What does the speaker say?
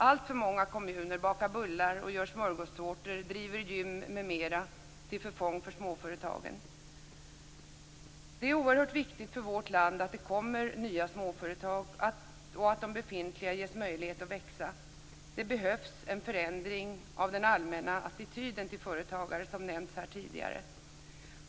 Alltför många kommuner bakar bullar, gör smörgåstårtor, driver gym m.m. till förfång för småföretagen. Det är oerhört viktigt för vårt land att det skapas nya småföretag och att de befintliga ges möjlighet att växa. Det behövs en förändring av den allmänna attityden till företagare.